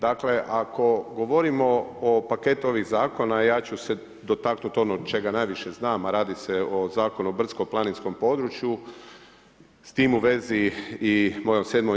Dakle ako govorimo o paketu ovih zakona, ja ću se dotaknuti onog čega najviše znam a radi se o Zakonu o brdsko-planinskom području s tim u vezi i mojom VII.